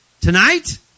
Tonight